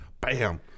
Bam